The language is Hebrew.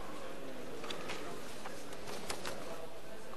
בבקשה,